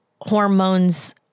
hormones